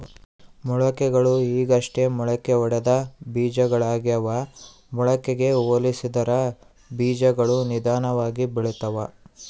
ಮೊಳಕೆಗಳು ಈಗಷ್ಟೇ ಮೊಳಕೆಯೊಡೆದ ಬೀಜಗಳಾಗ್ಯಾವ ಮೊಳಕೆಗೆ ಹೋಲಿಸಿದರ ಬೀಜಗಳು ನಿಧಾನವಾಗಿ ಬೆಳಿತವ